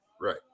Right